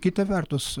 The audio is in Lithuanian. kita vertus